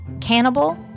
Cannibal